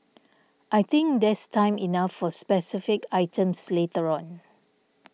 I think there's time enough for specific items later on